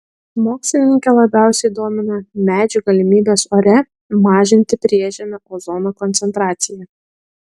mokslininkę labiausiai domina medžių galimybės ore mažinti priežemio ozono koncentraciją